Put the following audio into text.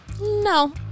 No